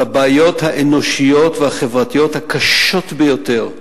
בבעיות האנושיות והחברתיות הקשות ביותר,